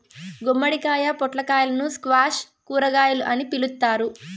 గుమ్మడికాయ, పొట్లకాయలను స్క్వాష్ కూరగాయలు అని పిలుత్తారు